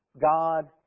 God